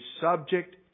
subject